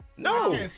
No